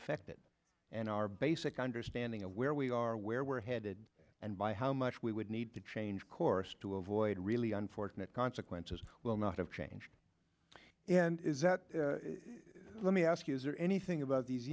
affected and our basic understanding of where we are where we're headed and by how much we would need to change course to avoid really unfortunate consequences will not have changed and is that let me ask you is there anything about these